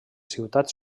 ciutats